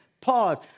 Pause